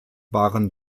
waren